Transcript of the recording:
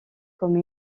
comme